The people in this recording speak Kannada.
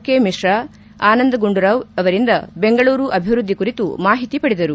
ಕೆ ಮಿಶ್ರಾ ಆನಂದ ಗುಂಡೂರಾವ್ ಅವರಿಂದ ಬೆಂಗಳೂರು ಅಭಿವೃದ್ದಿ ಕುರಿತು ಮಾಹಿತಿ ಪಡೆದರು